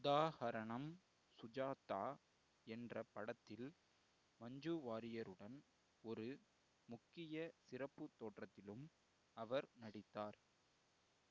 உதாஹரணம் சுஜாதா என்ற படத்தில் மஞ்சு வாரியருடன் ஒரு முக்கிய சிறப்பு தோற்றத்திலும் அவர் நடித்தார்